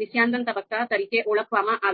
નિસ્યંદન તબક્કા તરીકે ઓળખવામાં આવે છે